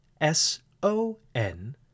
s-o-n